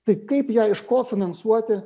tai kaip ją iš ko finansuoti